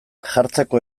jartzeko